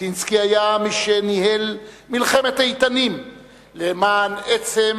ז'בוטינסקי היה מי שניהל מלחמת איתנים למען עצם